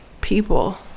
people